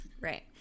Right